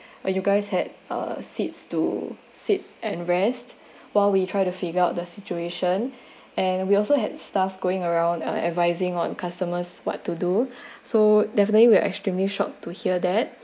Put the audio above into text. well you guys had uh seats to sit and rest while we try to figure out the situation and we also had stuff going around uh advising on customers what to do so definitely we're extremely shocked to hear that